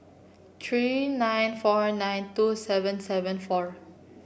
three nine four nine two seven seven four